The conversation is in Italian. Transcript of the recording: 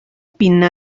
pinna